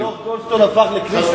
מה, דוח-גולדסטון הפך לכלי שלכם?